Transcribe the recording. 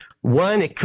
One